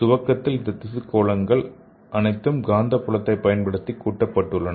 துவக்கத்தில் இந்த திசு கோளங்கள் அனைத்தும் காந்தப்புலத்தைப் பயன்படுத்தி கூட்டப் பட்டுள்ளன